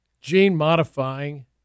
gene-modifying